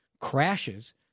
crashes